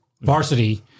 Varsity